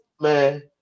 man